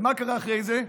ומה קרה אחרי זה?